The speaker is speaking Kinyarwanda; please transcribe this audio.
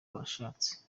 barashatse